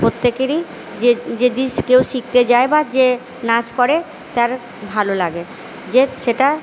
প্রত্যেকেরই যে যে কেউ শিখতে যায় বা যে নাচ করে তার ভালো লাগে যে সেটা